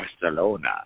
Barcelona